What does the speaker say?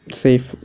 safe